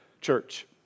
church